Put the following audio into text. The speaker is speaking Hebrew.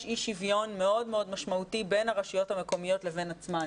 אי שוויון מאוד מאוד משמעותי בין הרשויות המקומיות לבין עצמן.